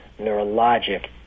neurologic